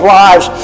lives